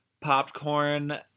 popcorn